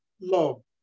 love